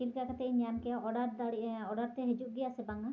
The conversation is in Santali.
ᱪᱮᱫᱠᱟ ᱠᱟᱛᱮᱧ ᱧᱟᱢ ᱠᱮᱭᱟ ᱚᱰᱟᱨ ᱫᱟᱲᱮᱜᱟᱹᱧ ᱚᱰᱟᱨᱛᱮ ᱦᱮᱡᱩᱜ ᱜᱮᱭᱟ ᱥᱮ ᱵᱟᱝᱟ